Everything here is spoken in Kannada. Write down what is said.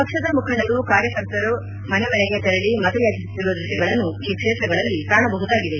ಪಕ್ಷದ ಮುಖಂಡರು ಕಾರ್ಯಕರ್ತರು ಮನೆ ಮನೆಗೆ ತೆರಳಿ ಮತಯಾಚಿಸುತ್ತಿರುವ ದೃಶ್ಯಗಳನ್ನು ಈ ಕ್ಷೇತ್ರಗಳಲ್ಲಿ ಕಾಣಬಹುದಾಗಿದೆ